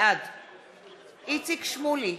בעד איציק שמולי,